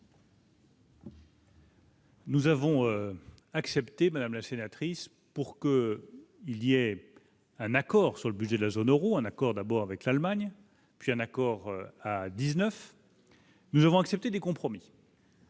Nous avons accepté, madame la sénatrice pour que il y ait un accord sur le budget de la zone Euro, un accord d'abord avec l'Allemagne, puis un accord à 19. Nous avons accepté des compromis.